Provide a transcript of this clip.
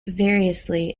variously